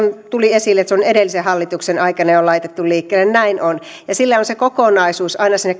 tuli esille että se on jo edellisen hallituksen aikana laitettu liikkeelle näin on ja sillä on se kokonaisuus aina sinne